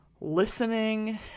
listening